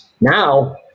Now